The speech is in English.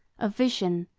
of vision,